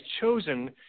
chosen